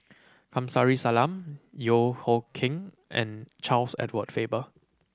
Kamsari Salam Yeo Hoe Koon and Charles Edward Faber